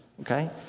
okay